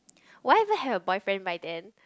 will I even have a boyfriend by then